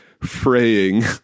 fraying